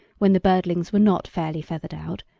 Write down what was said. when the birdlings were not fairly feathered out,